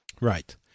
Right